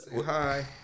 Hi